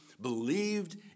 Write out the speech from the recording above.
believed